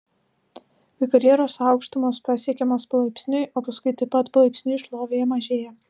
kai karjeros aukštumos pasiekiamos palaipsniui o paskui taip pat palaipsniui šlovė mažėja